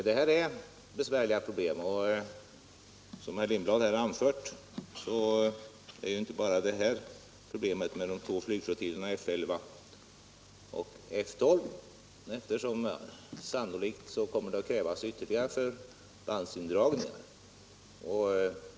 Det här är besvärliga problem och som herr Lindblad anfört gäller det inte bara de två flygflottiljerna F 11 och F 12 utan sannolikt kommer det att krävas ytterligare förbandsindragningar.